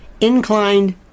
Inclined